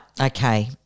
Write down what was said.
Okay